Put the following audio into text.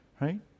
Right